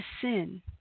sin